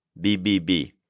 BBB